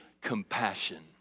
compassion